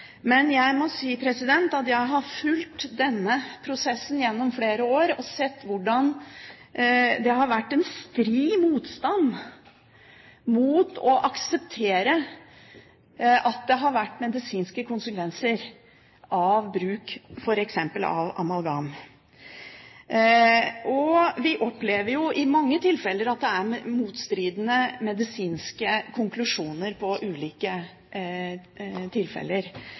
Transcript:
Men jeg må si at jeg har fulgt denne prosessen gjennom flere år og har sett hvordan det har vært en stri motstand mot å akseptere at det har vært medisinske konsekvenser av bruk av f.eks. amalgam. Vi opplever jo i mange tilfeller at det er motstridende medisinske konklusjoner på ulike tilfeller,